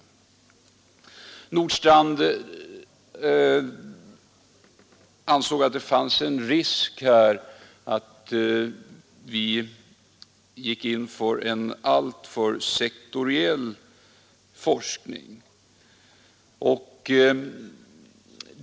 Herr Nordstrandh ansåg att det fanns risk för att vi gick in för en alltför sektoriell forskningsorganisation.